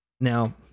now